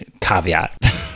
Caveat